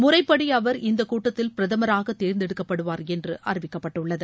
முறைப்படி அவர் இந்தக் கூட்டத்தில் பிரதமராக தேர்ந்தெடுக்கப்படுவார் என்று அறிவிக்கப்பட்டுள்ளது